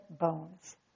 bones